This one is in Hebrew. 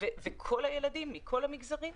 כל הילדים, מכל המגזרים.